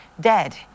dead